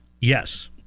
Yes